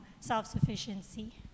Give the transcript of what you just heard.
self-sufficiency